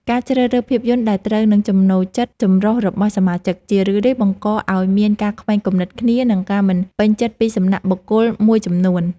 ការជ្រើសរើសភាពយន្តដែលត្រូវនឹងចំណូលចិត្តចម្រុះរបស់សមាជិក ជារឿយៗបង្កឱ្យមានការខ្វែងគំនិតគ្នា និងការមិនពេញចិត្តពីសំណាក់បុគ្គលមួយចំនួន។